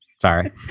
sorry